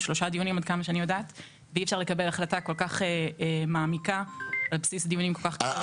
אי אפשר לקבל החלטה כל כך מעמיקה על בסיס דיונים כל כך קצרים.